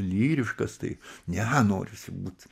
lyriškas tai ne norisi būt